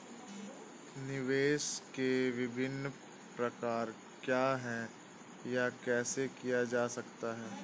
निवेश के विभिन्न प्रकार क्या हैं यह कैसे किया जा सकता है?